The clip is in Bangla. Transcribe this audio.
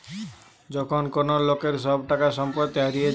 যখন কোন লোকের সব টাকা সম্পত্তি হারিয়ে যায়